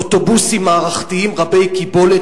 אוטובוסים מערכתיים רבי-קיבולת,